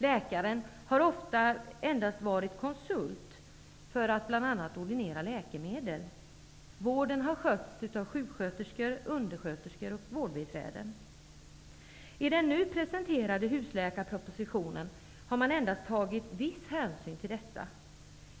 Läkaren har ofta endast varit konsult för att bl.a. ordinera läkemedel. Vården har skötts av sjuksköterskor, undersköterskor och vårdbiträden. I den nu presenterade husläkarpropositionen har man endast tagit viss hänsyn till detta.